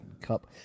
cup